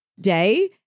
day